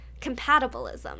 compatibilism